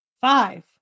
Five